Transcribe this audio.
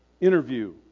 interview